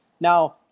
now